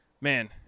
Man